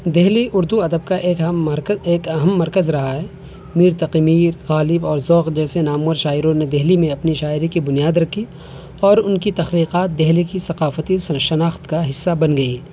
دہلی اردو ادب کا ایک اہم ایک اہم مرکز رہا ہے میر تقی میر غالب اور ذوق جیسے نامور شاعروں نے دہلی میں اپنی شاعری کی بنیاد رکھی اور ان کی تخلیقات دہلی کی ثقافتی شناخت کا حصہ بن گئی